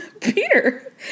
Peter